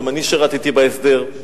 גם אני שירתי בהסדר.